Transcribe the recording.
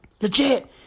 Legit